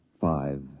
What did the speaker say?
Five